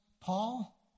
Paul